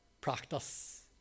practice